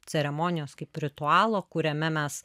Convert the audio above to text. ceremonijos kaip ritualo kuriame mes